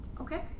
Okay